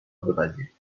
بپذیرید